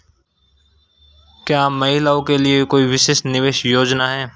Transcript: क्या महिलाओं के लिए कोई विशेष निवेश योजना है?